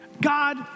God